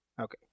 Okay